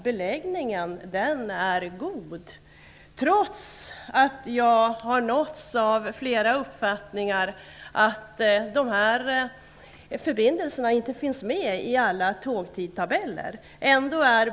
Beläggningen är god trots att de här förbindelserna enligt upplysningar som jag har fått inte finns med i alla tågtidtabeller.